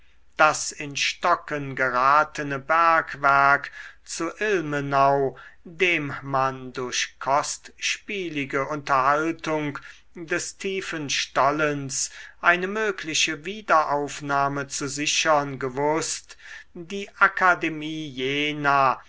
das in stocken geratene bergwerk zu ilmenau dem man durch kostspielige unterhaltung des tiefen stollens eine mögliche wiederaufnahme zu sichern gewußt die akademie jena